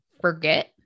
forget